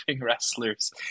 wrestlers